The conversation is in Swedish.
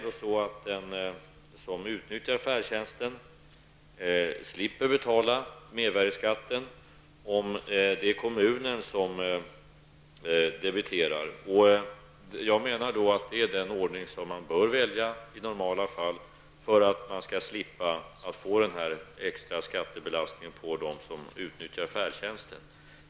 Den som utnyttjar färdtjänsten slipper betala mervärdeskatten om det är kommunen som debiterar. Jag menar att det är den ordning som man bör välja i normala fall för att slippa få en extra skattebelastning på dem som utnyttjar färdtjänsten.